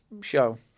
show